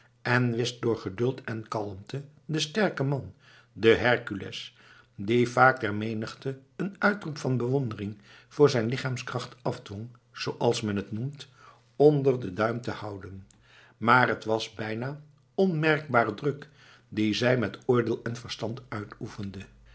en wist door geduld en kalmte den sterken man den hercules die vaak der menigte een uitroep van bewondering voor zijne lichaamskracht afdwong zooals men het noemt onder den duim te krijgen maar t was een bijna onmerkbare druk dien zij met oordeel en verstand uitoefende